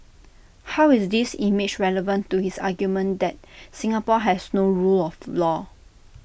how is this image relevant to his argument that Singapore has no rule of law